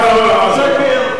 שקר.